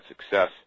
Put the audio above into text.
success